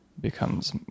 becomes